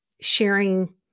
sharing